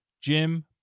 Jim